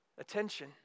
attention